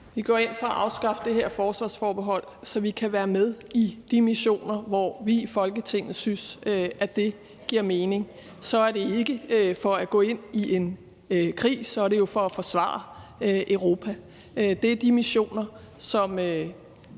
Vi går ind for at afskaffe det her forsvarsforbehold, så vi kan være med i de missioner, som vi i Folketinget synes giver mening. Det er ikke for at gå ind i en krig, det er for at forsvare Europa. Det er de missioner, som